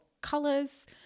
colors